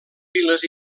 files